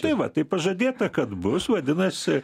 tai va tai pažadėta kad bus vadinasi